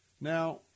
Now